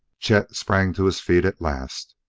chet sprang to his feet at last.